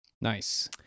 Nice